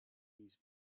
these